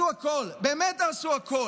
באמת תעשו הכול,